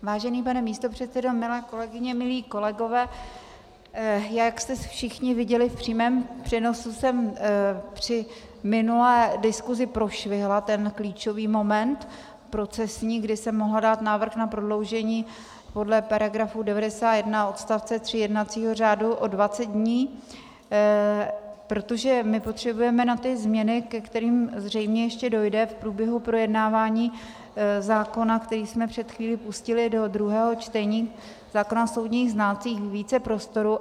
Vážený pane místopředsedo, milé kolegyně, milí kolegové, já, jak jste všichni viděli v přímém přenosu, jsem při minulé diskusi prošvihla ten klíčový moment procesní, kdy jsem mohla dát návrh na prodloužení podle § 91 odst. 3 jednacího řádu o dvacet dní, protože my potřebujeme na ty změny, ke kterým zřejmě ještě dojde v průběhu projednávání zákona, který jsme před chvílí pustili do druhého čtení, zákona o soudních znalcích, více prostoru.